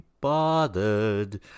bothered